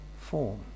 form